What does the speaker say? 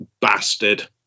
bastard